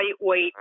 lightweight